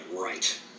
right